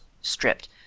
stripped